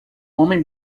homem